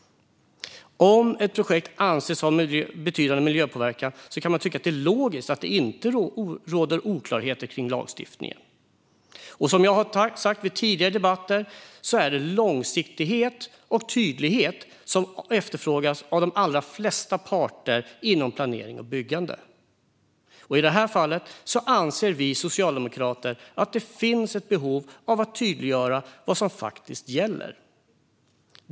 Om ett projekt anses ha betydande miljöpåverkan kan man tycka att det är logiskt att det inte råder oklarheter om lagstiftningen. Som jag har sagt vid tidigare debatter är det långsiktighet och tydlighet som efterfrågas av de allra flesta parter inom planering och byggande. I det här fallet anser vi socialdemokrater att det finns ett behov av att tydliggöra vad som faktiskt gäller.